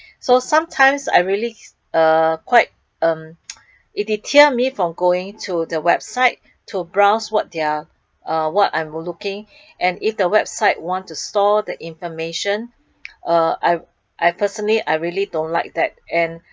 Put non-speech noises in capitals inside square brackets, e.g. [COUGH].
[BREATH] so sometimes I really uh quite um [NOISE] it deter me from going to the website to browse what they are what I'm looking [BREATH] and if the website wants to store the information uh I I personally I really don't like that and [BREATH]